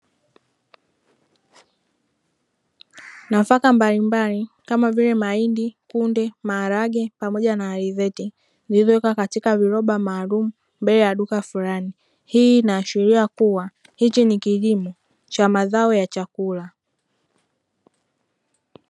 Nafaka mbalimbali kama vile: mahindi, kunde, maharage pamoja na alizeti, zilizowekwa katika viroba maalumu mbele ya duka fulani. Hii inaashiria kuwa hiki ni kilimo cha mazao ya chakula.